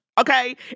Okay